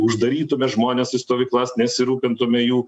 uždarytume žmones į stovyklas nesirūpintume jų